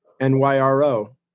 N-Y-R-O